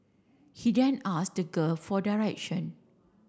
he then asked the girl for direction